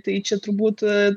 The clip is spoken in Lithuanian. tai tai čia turbūt